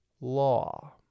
law